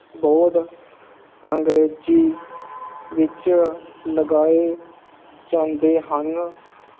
board ਅੰਗਰੇਜ਼ੀ ਵਿੱਚ ਲਗਾਏ ਜਾਂਦੇ ਹਨ